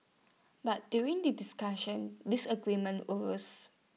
but during the discussions disagreements arose